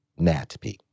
NatP